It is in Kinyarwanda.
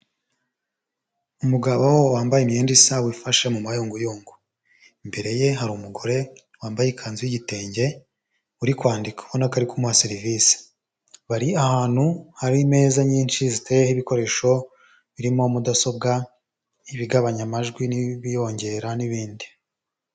Umugabo wambaye imyenda isa wifashe mu mayunguyungu. Imbere ye hari umugore wambaye ikanzu y'igitenge, uri kwandika ubona ko ari kumuha serivisi. Bari ahantu hari imeza nyinshi ziteyeho ibikoresho, birimo mudasobwa, ibigabanya amajwi n'ibiyongera n'ibindi.